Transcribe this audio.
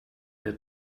der